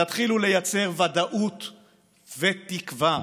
תתחילו לייצר ודאות ותקווה.